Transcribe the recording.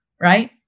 Right